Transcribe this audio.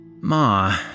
Ma